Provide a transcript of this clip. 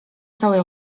całej